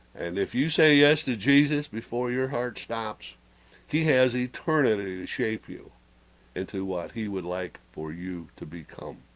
and if you, say, yes to jesus before your heart, stops he has eternity to shape you into what he would like for you to become?